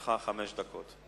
לרשותך חמש דקות.